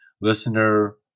Listener